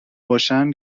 باشن